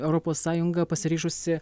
europos sąjunga pasiryžusi